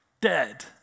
dead